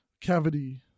cavity